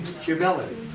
Humility